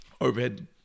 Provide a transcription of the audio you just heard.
Overhead